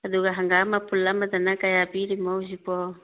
ꯑꯗꯨꯒ ꯍꯪꯒꯤꯝ ꯃꯄꯨꯟ ꯑꯃꯗꯅ ꯀꯌꯥ ꯄꯤꯔꯤꯃꯣ ꯍꯧꯖꯤꯛꯄꯣ